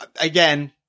Again